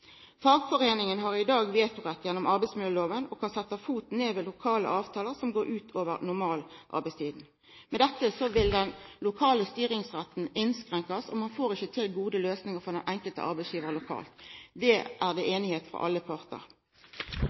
Fagforeininga har i dag «vetorett» gjennom arbeidsmiljøloven og kan setja foten ned ved lokale avtalar som går ut over normalarbeidstida. Med dette vil den lokale styringsretten innskrenkast, og ein får ikkje til gode løysingar for den enkelte arbeidsgivar lokalt, der det er einigheit frå alle partar.